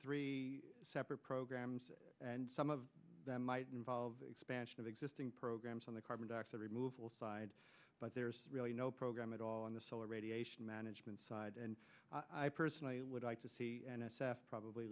three separate programs and some of them might involve expansion of existing programs on the carbon dioxide removal side but there's really no program at all in the solar radiation management side and i personally would like to see n s f probably